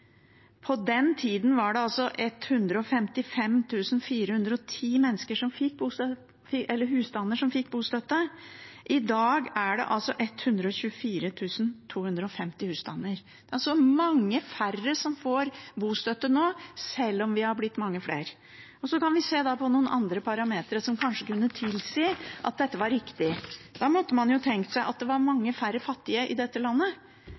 På den tida var det 155 410 husstander som fikk bostøtte. I dag er det 124 250 husstander. Det er altså mange færre som får bostøtte nå, selv om vi har blitt mange flere. Så kan vi se på noen andre parametere som kanskje kunne tilsi at dette var riktig. Da måtte man tenkt seg at det var mange færre fattige i dette landet.